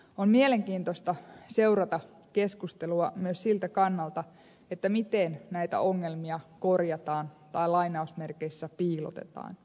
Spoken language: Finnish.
on mielenkiintoista seurata keskustelua myös siltä kannalta miten näitä ongelmia korjataan tai piilotetaan